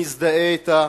מזדהה אתה,